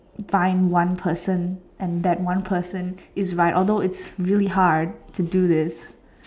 find one person and that one person is like although it's really hard to do this